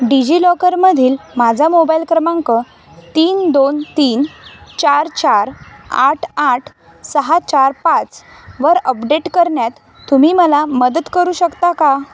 डिजिलॉकरमधील माझा मोबाईल क्रमांक तीन दोन तीन चार चार आठ आठ सहा चार पाचवर अपडेट करण्यात तुम्ही मला मदत करू शकता का